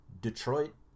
Detroit